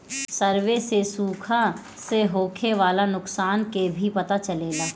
survey से सुखा से होखे वाला नुकसान के भी पता चलेला